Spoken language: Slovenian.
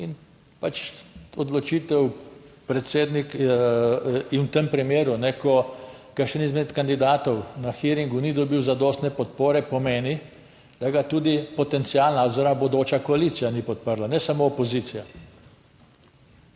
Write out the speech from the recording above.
in pač odločitev predsednik in v tem primeru, ko kakšen izmed kandidatov na hearingu ni dobil zadostne podpore, pomeni, da ga tudi potencialna oziroma bodoča koalicija ni podprla, ne samo opozicija